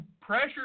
pressure